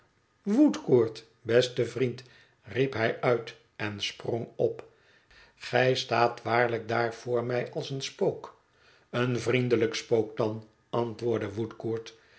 woodcourt beste vriend riep hij uit en sprong op gij staat waarlijk daar voor mij als een spook een vriendelijk spook dan antwoordde